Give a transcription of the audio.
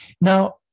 Now